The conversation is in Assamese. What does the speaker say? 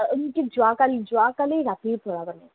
এইটো যোৱাকালি যোৱাকালি ৰাতিৰ পৰা মানে